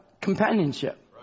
companionship